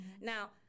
Now